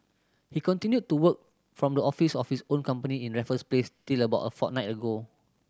he continued to work from the office of his own company in Raffles Place till about a fortnight ago